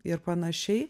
ir panašiai